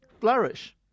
flourish